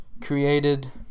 created